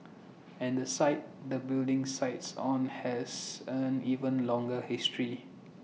and the site the building sits on has an even longer history